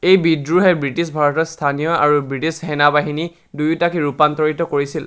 এই বিদ্ৰোহে ব্ৰিটিছ ভাৰতৰ স্থানীয় আৰু ব্ৰিটিছ সেনাবাহিনী দুয়োটাকে ৰূপান্তৰিত কৰিছিল